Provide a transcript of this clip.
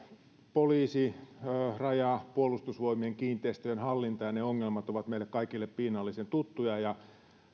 poliisin rajan ja puolustusvoimien kiinteistöjen hallinta ja ne ongelmat ovat meille kaikille piinallisen tuttuja ja